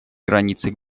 границы